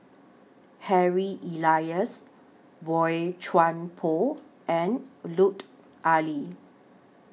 Harry Elias Boey Chuan Poh and Lut Ali